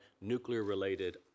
nuclear-related